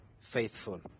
faithful